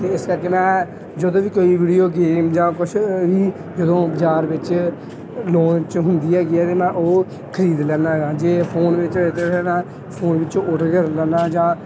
ਅਤੇ ਇਸ ਕਰਕੇ ਮੈਂ ਜਦੋਂ ਵੀ ਕੋਈ ਵੀਡੀਓ ਗੇਮ ਜਾਂ ਕੁਛ ਵੀ ਜਦੋਂ ਬਜ਼ਾਰ ਵਿੱਚ ਲੋਂਚ ਹੁੰਦੀ ਹੈਗੀ ਹੈ ਤਾਂ ਮੈਂ ਉਹ ਖਰੀਦ ਲੈਂਦਾ ਹੈਗਾ ਜੇ ਫ਼ੋਨ ਵਿੱਚ ਤਾਂ ਫਿਰ ਮੈਂ ਫ਼ੋਨ ਵਿੱਚੋਂ ਔਰਡਰ ਕਰ ਲੈਂਦਾ ਜਾਂ